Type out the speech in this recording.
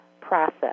process